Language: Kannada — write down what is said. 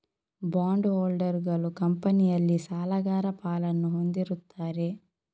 ಬಾಂಡ್ ಹೋಲ್ಡರುಗಳು ಕಂಪನಿಯಲ್ಲಿ ಸಾಲಗಾರ ಪಾಲನ್ನು ಹೊಂದಿರುತ್ತಾರೆ